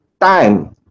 time